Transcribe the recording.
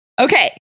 Okay